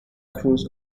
cruz